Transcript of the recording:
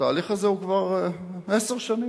התהליך הזה הוא כבר עשר שנים.